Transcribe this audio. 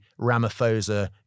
Ramaphosa